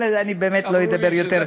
אבל אני באמת לא אדבר יותר,